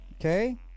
Okay